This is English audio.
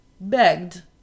begged